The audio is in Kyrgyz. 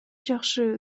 жакшы